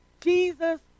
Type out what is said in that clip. Jesus